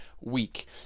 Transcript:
week